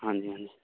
ਹਾਂਜੀ ਹਾਂਜੀ